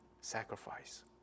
sacrifice